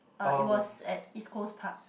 uh it was at East Coast Park